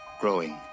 growing